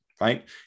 right